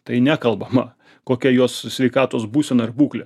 tai nekalbama kokia jos sveikatos būsena ar būklė